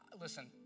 Listen